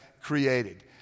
created